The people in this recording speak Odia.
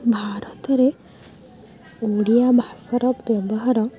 ଭାରତରେ ଓଡ଼ିଆ ଭାଷାର ବ୍ୟବହାର